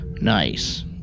Nice